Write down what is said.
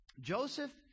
Joseph